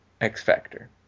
X-Factor